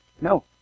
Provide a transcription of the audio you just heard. No